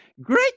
Great